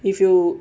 if you